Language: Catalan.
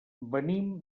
venim